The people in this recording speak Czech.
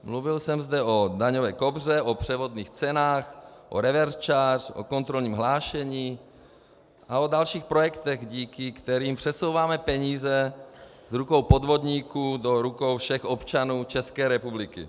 Mluvil jsem zde o daňové Kobře, o převodných cenách, o reverse charge, o kontrolním hlášení a o dalších projektech, díky kterým přesouváme peníze z rukou podvodníků do rukou všech občanů České republiky.